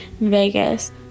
Vegas